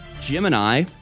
Gemini